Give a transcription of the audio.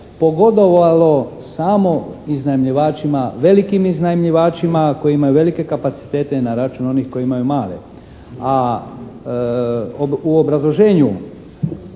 pogodovalo samo iznajmljivačima velikim iznajmljivačima koji imaju velike kapacitete na račun onih koji imaju male, a u obrazloženju